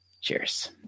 Cheers